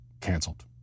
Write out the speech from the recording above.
canceled